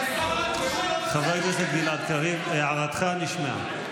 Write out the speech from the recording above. חבר הכנסת גלעד קריב, הערתך נשמעה.